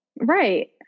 Right